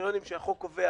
בקריטריונים שהחוק קובע